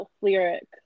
lyric